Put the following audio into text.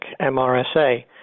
MRSA